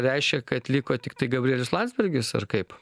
reiškia kad liko tiktai gabrielius landsbergis ar kaip